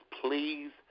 Please